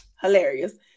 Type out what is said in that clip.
Hilarious